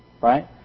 Right